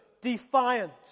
defiant